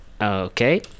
okay